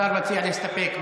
השר מציע להסתפק.